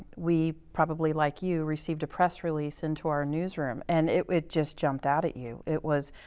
we probably, like you, received a press release into our news room. and it just jumped out at you. it was,